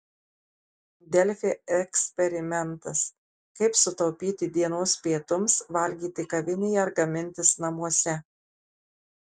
delfi eksperimentas kaip sutaupyti dienos pietums valgyti kavinėje ar gamintis namuose